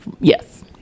yes